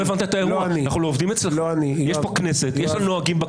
לא אני,